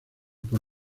por